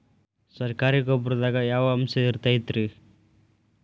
ಸರಕಾರಿ ಗೊಬ್ಬರದಾಗ ಯಾವ ಅಂಶ ಇರತೈತ್ರಿ?